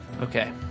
Okay